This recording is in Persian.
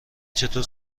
چطور